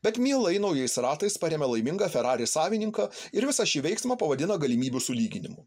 bet mielai naujais ratais paremia laimingą ferari savininką ir visą šį veiksmą pavadina galimybių sulyginimu